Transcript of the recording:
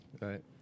Right